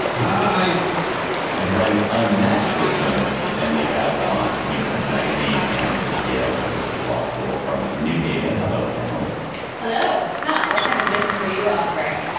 hi and providing the unmatched wisdom is emily bazelon of new york times magazine and of yale university law school from new haven. hello emily hello pam. what kind of wisdom are you offering